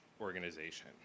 organization